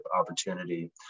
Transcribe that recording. opportunity